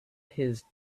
his